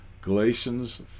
Galatians